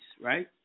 right